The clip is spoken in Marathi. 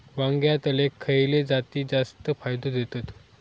वांग्यातले खयले जाती जास्त फायदो देतत?